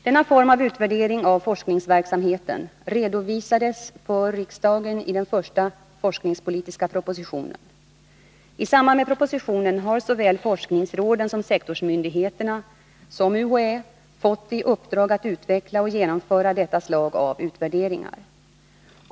Denna form av utvärdering av forskningsverksamheten redovisades för riksdagen i den första forskningspolitiska propositionen . I samband med propositionen har såväl forskningsråden och sektorsmyndigheterna som UHÄ fått i uppdrag att utveckla och genomföra detta slag av utvärderingar.